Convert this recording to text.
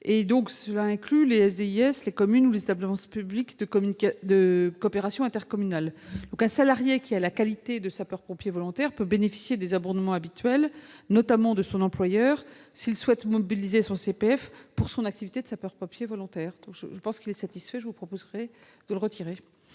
inclut les SDIS, les communes et les établissements publics de coopération intercommunale. Un salarié qui a la qualité de sapeur-pompier volontaire peut bénéficier des abondements habituels, notamment de son employeur, s'il souhaite mobiliser son CPF pour son activité de sapeur-pompier volontaire. Madame la sénatrice, je vous suggère donc de retirer